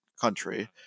country